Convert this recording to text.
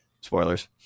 spoilers